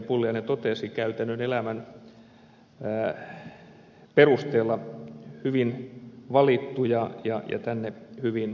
pulliainen totesi käytännön elämän perusteella hyvin valittuja ja tänne hyvin kirjattu